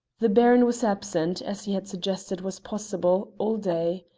the baron was absent, as he had suggested was possible, all day.